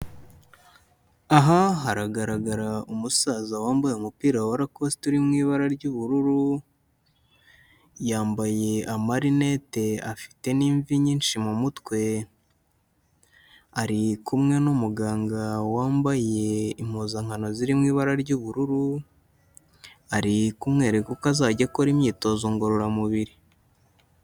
Aha haragaragara umusaza wambaye umupira wa rakosita uri mu ibara ry'ubururu, yambaye amarinete afite n'imvi nyinshi mu mutwe, ari kumwe n'umuganga wambaye impuzankano ziri mu ibara ry'ubururu, ari kumwereka uko azajya akora imyitozo ngororamubiri.